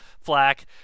flack